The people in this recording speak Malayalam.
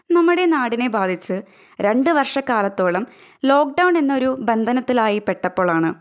നമ്മളുടെ നാടിനെ ബാധിച്ച് രണ്ടുവർഷകാലത്തോളം ലോക്ഡോൺ എന്നൊരു ബന്ധനത്തിൽ ആയി പെട്ടപ്പോളാണ്